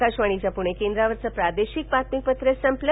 आकाशवाणी प्णे केंद्रावरचं प्रादेशिक बातमीपत्र संपलं